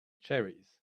cherries